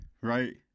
right